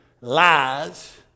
lies